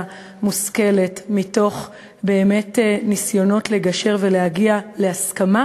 מושכלת מתוך ניסיון לגשר ולהגיע להסכמה,